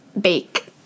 bake